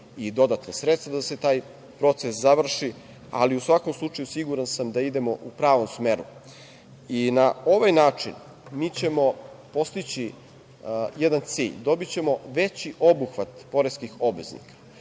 i dodatna sredstva da se taj proces završi, ali, u svakom slučaju, siguran sam da idemo u pravom smeru. Na ovaj način mi ćemo postići jedan cilj, dobićemo veći obuhvat poreskih obveznika,